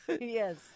Yes